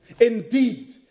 Indeed